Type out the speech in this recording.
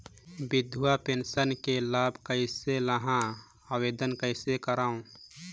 विधवा पेंशन के लाभ कइसे लहां? आवेदन कइसे करव?